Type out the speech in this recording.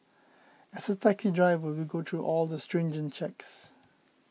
as a taking driver we go through all the stringent checks